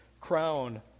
crown